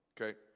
Okay